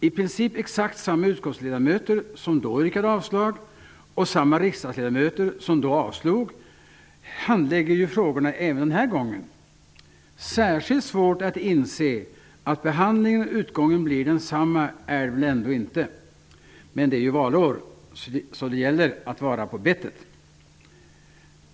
I princip exakt samma utskottsledamöter som då yrkade avslag och samma riksdagsledamöter som då avslog handlägger ju frågorna även den här gången. Det är väl ändå inte särskilt svårt att inse att behandlingen och utgången blir densamma. Men det är ju valår, så det gäller att vara på bettet.